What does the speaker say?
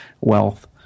wealth